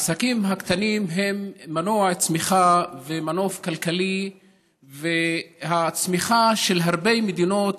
העסקים הקטנים הם מנוע צמיחה ומנוף כלכלי לצמיחה של הרבה מדינות,